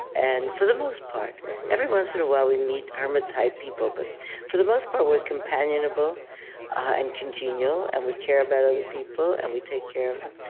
and for the most part every once in a while, we meet hermit-type people. but for the most part, we're companionable and congenial, and we care about other people, and we take care of them.